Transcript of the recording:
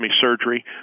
surgery